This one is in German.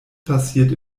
passiert